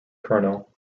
colonel